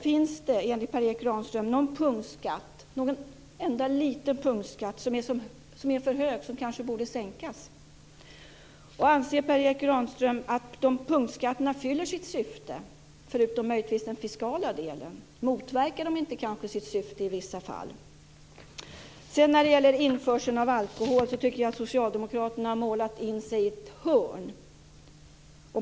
Finns det någon enda liten punktskatt som är för hög och som Per Erik Granström vill sänka? Anser Per Erik Granström att punktskatterna fyller sitt syfte, förutom möjligtvis det fiskala syftet? Motverkar de inte sitt syfte i vissa fall? När det gäller införsel av alkohol tycker jag att socialdemokraterna har målat in sig i ett hörn.